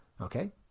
Okay